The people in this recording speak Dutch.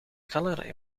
galerij